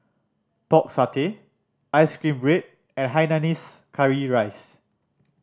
Pork Satay ice cream bread and hainanese curry rice